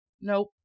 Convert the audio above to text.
nope